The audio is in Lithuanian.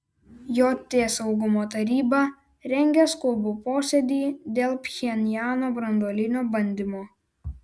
jt saugumo taryba rengia skubų posėdį dėl pchenjano branduolinio bandymo